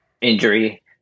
injury